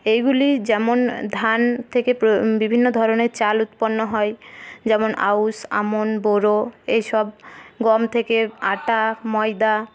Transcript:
এইগুলি যেমন ধান থেকে বিভিন্ন ধরণের চাল উৎপন্ন হয় যেমন আউশ আমন বোরো এইসব গম থেকে আটা ময়দা